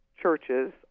churches